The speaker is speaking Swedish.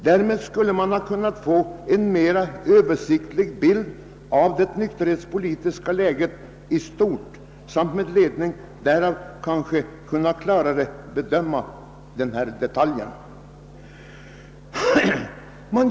Då skulle vi kunna få en mera överskådlig bild av det nykterhetspolitiska läget i stort, och med ledning därav kanske vi skulle kunna bedöma denna detalj bättre.